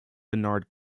bernard